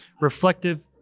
reflective